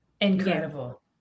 incredible